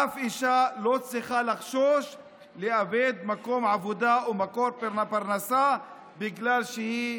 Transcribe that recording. אף אישה לא צריכה לחשוש לאבד מקום עבודה או מקור פרנסה בגלל שהיא